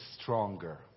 stronger